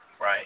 Right